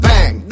Bang